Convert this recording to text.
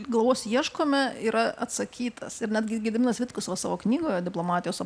galvos ieškome yra atsakytas ir netgi gediminas vitkus va savo knygoje diplomatijos